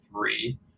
three